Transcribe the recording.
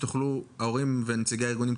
ההורים ונציגי ההורים,